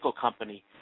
company